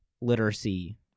literacy